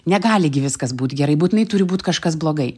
negali gi viskas būt gerai būtinai turi būt kažkas blogai